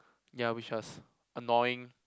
ya which was annoying